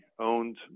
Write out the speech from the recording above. owned